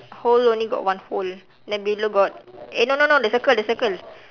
hole only got one hole then below got eh no no no the circle the circle